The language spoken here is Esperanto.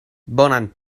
bonan